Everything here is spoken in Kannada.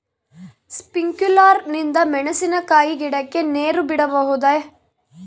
ಸ್ಪಿಂಕ್ಯುಲರ್ ನಿಂದ ಮೆಣಸಿನಕಾಯಿ ಗಿಡಕ್ಕೆ ನೇರು ಬಿಡಬಹುದೆ?